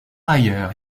ailleurs